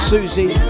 Susie